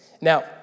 Now